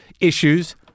issues